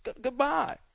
goodbye